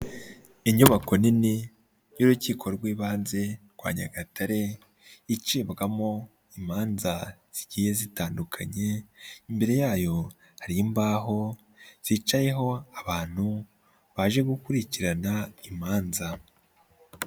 Inyubako nini y'urukiko rw'ibanze rwa Nyagatare, icibwamo imanza zigiye zitandukanye, imbere yayo hari imbaho zicayeho abantu baje gukurikirana imanza.